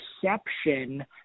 perception